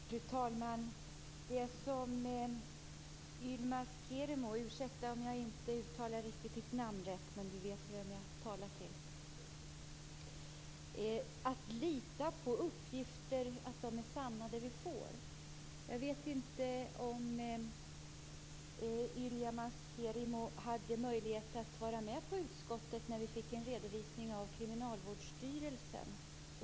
Fru talman! Yilmaz Kerimo - ursäkta om jag inte uttalar ditt namn riktigt, men du vet ju vem jag talar till - sade att vi måste lita på att de uppgifter vi får är sanna. Jag vet inte om Yilmaz Kerimo hade möjlighet att vara med när vi i utskottet fick en redovisning av Kriminalvårdsstyrelsen.